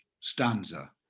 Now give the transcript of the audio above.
stanza